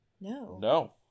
No